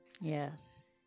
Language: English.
Yes